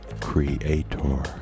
creator